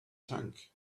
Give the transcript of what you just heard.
tank